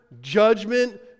judgment